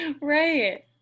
right